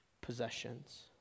possessions